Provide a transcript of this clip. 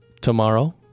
tomorrow